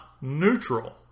neutral